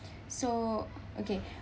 so okay